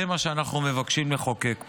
זה מה שאנחנו מבקשים לחוקק פה.